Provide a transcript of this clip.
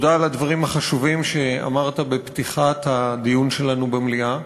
תודה על הדברים החשובים שאמרת בפתיחת הדיון שלנו במליאה,